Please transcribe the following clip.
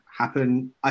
happen